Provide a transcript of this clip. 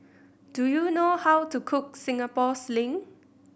do you know how to cook Singapore Sling